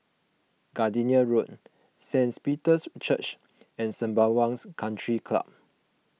Gardenia Road Saint Peter's Church and Sembawang Country Club